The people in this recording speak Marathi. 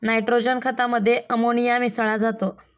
नायट्रोजन खतामध्ये अमोनिया मिसळा जातो